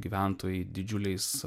gyventojai didžiuliais